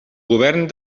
govern